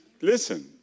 listen